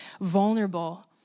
vulnerable